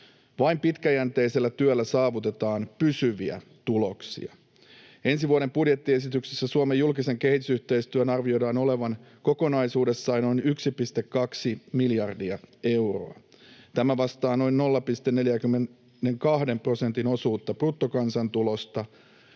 Vain pitkäjänteisellä työllä saavutetaan pysyviä tuloksia. Ensi vuoden budjettiesityksessä Suomen julkisen kehitysyhteistyön arvioidaan olevan kokonaisuudessaan noin 1,2 miljardia euroa. Tämä vastaa noin 0,42 prosentin osuutta bruttokansantulosta.